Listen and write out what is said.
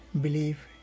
believe